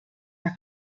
are